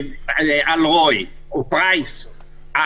כן, תודה.